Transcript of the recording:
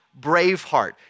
Braveheart